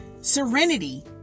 Serenity